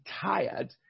tired